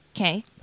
Okay